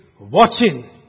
watching